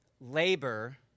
Labor